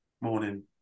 morning